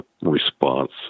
response